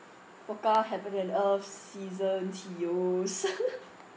pokka heaven and earth seasons yeo's